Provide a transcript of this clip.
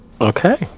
Okay